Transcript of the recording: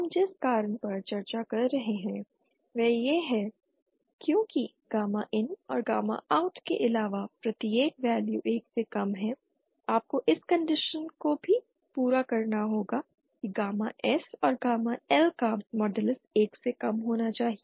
हम जिस कारण पर चर्चा कर रहे हैं वह यह है क्योंकि गामा IN और गामा OUT के अलावा प्रत्येक वैल्यू 1 से कम है आपको इस कंडीशन को भी पूरा करना होगा कि गामा S और गामा L का मॉडलस 1 से कम होना चाहिए